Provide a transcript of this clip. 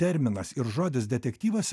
terminas ir žodis detektyvas